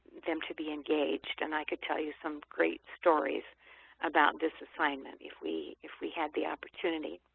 them to be engaged and i could tell you some great stories about this assignment if we if we had the opportunity.